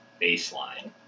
baseline